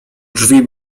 drzwi